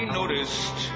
noticed